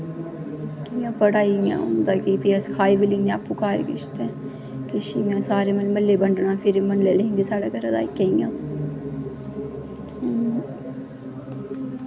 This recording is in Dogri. बड़ा इ'यां होंदा कि किश अस खाही बी लैन्ने घर अप्पूं ते किश म्हल्लै बंडने फिर आई जंदे साढ़ै घरै दै अग्गें इ'यां फिर